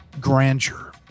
grandeur